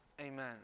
amen